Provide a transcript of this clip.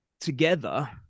together